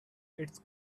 its